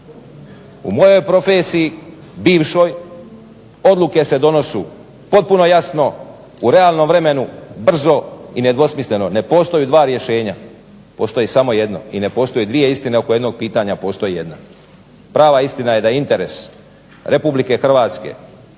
U mojoj profesiji bivšoj odluke se donose potpuno jasno, u realnom vremenu, brzo i nedvosmisleno. Ne postoje dva rješenja, postoji samo jedno. I ne postoje dvije istine oko jednog pitanja, postoji jedna. Prava istina je da je interes Republike Hrvatske